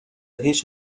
هیچ